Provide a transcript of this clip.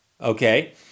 okay